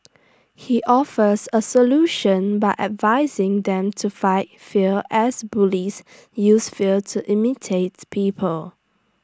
he offers A solution by advising them to fight fear as bullies use fear to imitate people